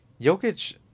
Jokic